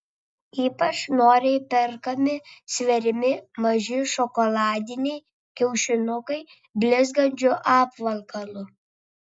ypač noriai perkami sveriami maži šokoladiniai kiaušinukai blizgančiu apvalkalu